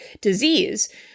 disease